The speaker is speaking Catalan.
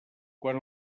quan